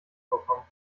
vorkommen